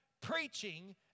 preaching